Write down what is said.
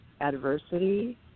adversity